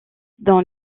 dans